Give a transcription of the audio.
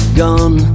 gone